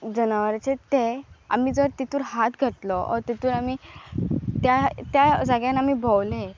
जनावराच ते आमी जर तितूर हात घेतलो तितून आमी त्या त्या जाग्यान आमी भोंवले